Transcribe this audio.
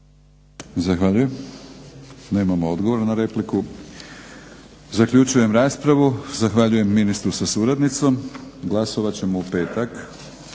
(HNS)** Nemamo odgovor na repliku. Zaključujem raspravu. Zahvaljujem ministru sa suradnicom. Glasovat ćemo u petak.